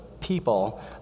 people